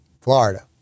Florida